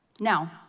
Now